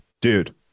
Dude